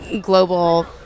global